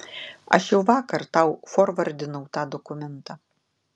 aš jau vakar tau forvardinau tą dokumentą